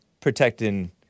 protecting